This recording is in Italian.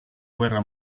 guerra